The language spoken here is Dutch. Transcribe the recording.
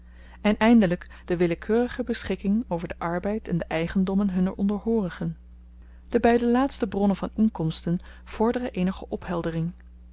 en eindelyk de willekeurige beschikking over den arbeid en de eigendommen hunner onderhoorigen de beide laatste bronnen van inkomsten vorderen eenige opheldering